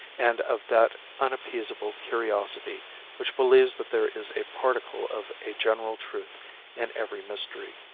and of that unappeasable curiosity which believes that there is a particle of a general truth in every mystery.